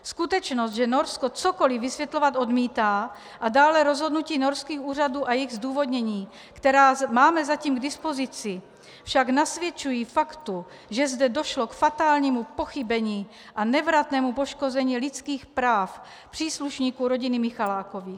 Skutečnost, že Norsko cokoli vysvětlovat odmítá, a dále rozhodnutí norských úřadů a jejich zdůvodnění, která máme zatím k dispozici, však nasvědčují faktu, že zde došlo k fatálnímu pochybení a nevratnému poškození lidských práv příslušníků rodiny Michalákových.